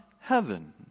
heaven